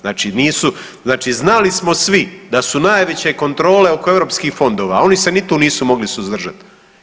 Znači nisu, znači znali smo svi da su najveće kontrole oko europskih fondova, a oni se ni tu nisu mogli suzdržati.